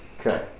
Okay